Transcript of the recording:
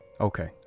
Okay